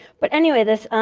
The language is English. but anyway, this